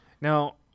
Now